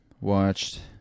watched